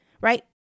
right